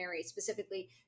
specifically